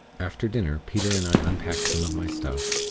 after dinner, peter and i unpacked some of my stuff,